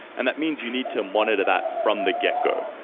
and that means you need to monitor that from the get go.